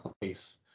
place